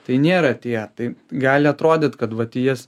tai nėra tie tai gali atrodyt kad vat į jas